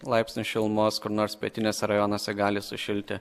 laipsnių šilumos kur nors pietiniuose rajonuose gali sušilti